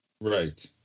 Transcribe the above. Right